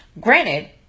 granted